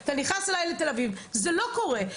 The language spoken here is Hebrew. אתה נכנס אליי לתל אביב, זה לא קורה.